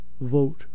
vote